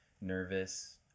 nervous